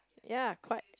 ya quite